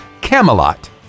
Camelot